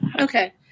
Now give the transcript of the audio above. Okay